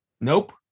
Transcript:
Nope